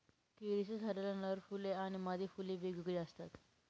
केळीच्या झाडाला नर फुले आणि मादी फुले वेगवेगळी असतात